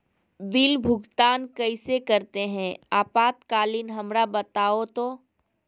Bill भुगतान कैसे करते हैं आपातकालीन हमरा बताओ तो?